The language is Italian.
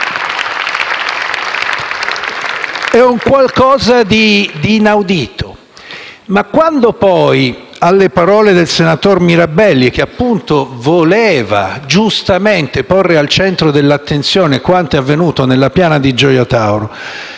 dal Gruppo M5S)*. Ma quando poi alle parole del senatore Mirabelli, che appunto voleva, giustamente, porre al centro dell'attenzione quanto è avvenuto nella piana di Gioia Tauro,